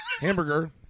hamburger